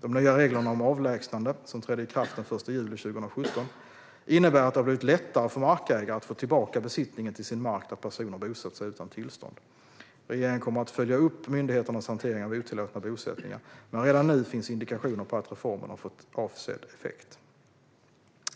De nya reglerna om avlägsnande, som trädde i kraft den 1 juli 2017, innebär att det har blivit lättare för markägare att få tillbaka besittningen till mark där personer bosatt sig utan tillstånd. Regeringen kommer att följa upp myndigheternas hantering av otillåtna bosättningar, men redan nu finns indikationer på att reformen har fått avsedd effekt.